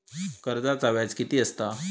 कर्जाचा व्याज कीती असता?